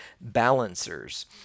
balancers